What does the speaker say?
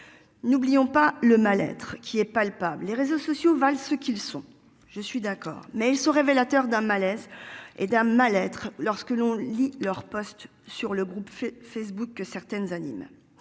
N'oublions pas le mal-être qui est palpable. Les réseaux sociaux valent ce qu'ils sont. Je suis d'accord mais ils sont révélateurs d'un malaise et d'un mal-être lorsque l'on lit leurs posts sur le groupe Facebook que certaines anime.